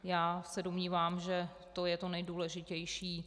Já se domnívám, že to je to nejdůležitější.